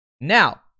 Now